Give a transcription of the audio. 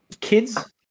kids